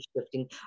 shifting